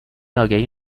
آگهی